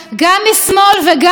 אני,